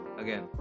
again